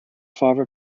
father